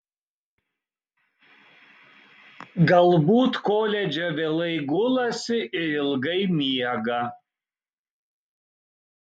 galbūt koledže vėlai gulasi ir ilgai miega